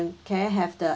can I have the